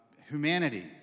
humanity